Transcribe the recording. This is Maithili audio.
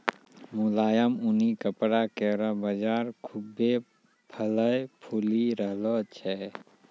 मुलायम ऊनी कपड़ा केरो बाजार खुभ्भे फलय फूली रहलो छै